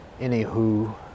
anywho